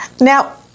Now